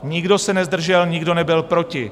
Nikdo se nezdržel, nikdo nebyl proti.